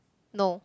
no